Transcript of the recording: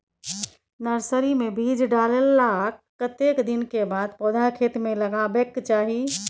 Nursery मे बीज डाललाक कतेक दिन के बाद पौधा खेत मे लगाबैक चाही?